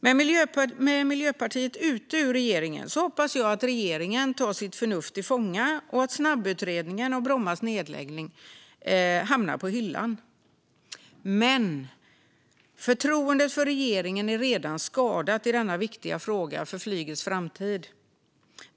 Med Miljöpartiet ute ur regeringen hoppas jag att regeringen tar sitt förnuft till fånga och att snabbutredningen om Brommas nedläggning hamnar på hyllan. Men förtroendet för regeringen är redan skadat i denna viktiga fråga för flygets framtid.